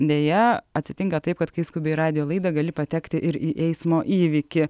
deja atsitinka taip kad kai skubi į radijo laidą gali patekti ir į eismo įvykį